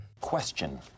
question